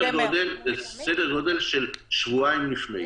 זה סדר-גודל של שבועיים לפני,